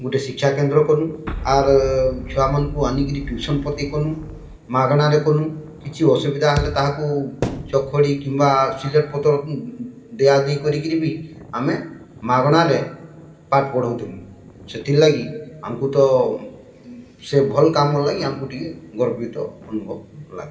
ଗୋଟେ ଶିକ୍ଷାକେନ୍ଦ୍ର କର୍ମୁ ଆର୍ ଛୁଆମାନ୍କୁ ଆନିକିରି ଟ୍ୟୁସନ୍ ପତି କଲୁ ମାଗଣାରେ କଲୁ କିଛି ଅସୁବିଧା ହେଲେ ତାହାକୁ ଚକ୍ ଖଡି କିମ୍ବା ସିଲଟ ପତର୍ ଦିଆ ଦି କରିକିରି ବି ଆମେ ମାଗଣାରେ ପାଠ ପଢ଼ଉ ଥିଲୁଁ ସେଥିର୍ଲାଗି ଆମ୍କୁ ତ ସେ ଭଲ୍ କାମର୍ ଲାଗି ଆମ୍କୁ ଟିକେ ଗର୍ବିତ ଅନୁଭବ୍ ଲାଗେ